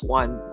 one